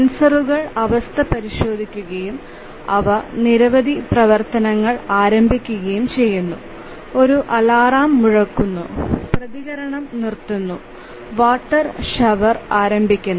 സെൻസറുകൾ അവസ്ഥ പരിശോധിക്കുകയും അവ നിരവധി പ്രവർത്തനങ്ങൾ ആരംഭിക്കുകയും ചെയ്യുന്നു ഒരു അലാറം മുഴക്കുന്നു പ്രതികരണം നിർത്തുന്നു വാട്ടർ ഷവർ ആരംഭിക്കുന്നു